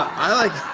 i like